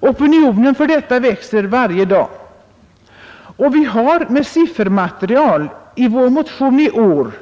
Opinionen härför växer varje dag. Med siffermaterial har vi i motionen i år